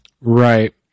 Right